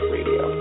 Radio